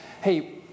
hey